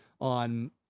on